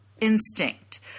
instinct